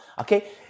okay